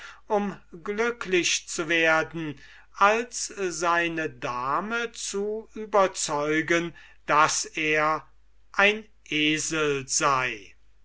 um glücklich zu werden als seine dame zu überzeugen daß er ein esel sei